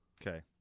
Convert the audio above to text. Okay